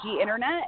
internet